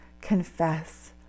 confess